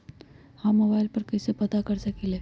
हम मोबाइल पर कईसे पता कर सकींले?